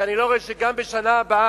כי אני לא רואה שגם בשנה הבאה,